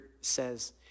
says